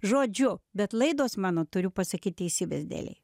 žodžiu bet laidos mano turiu pasakyt teisybės dėlei